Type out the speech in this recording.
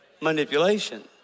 manipulation